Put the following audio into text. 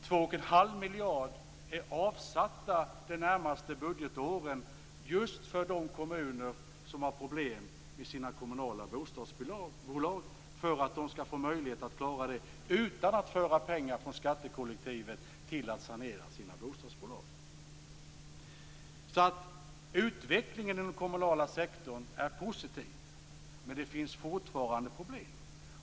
Två och en halv miljard är avsatta de närmaste budgetåren just för att de kommuner som har problem med sina kommunala bostadsbolag skall få möjlighet att klara verksamheten utan att ta pengar från skattekollektivet till att sanera sina bostadsbolag. Utvecklingen i den kommunala sektorn är positiv, men det finns fortfarande problem.